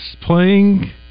playing